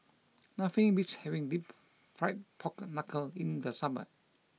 nothing beats having Deep Fried Pork Knuckle in the summer